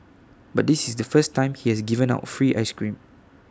but this is the first time he has given out free Ice Cream